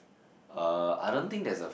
uh I don't think there's a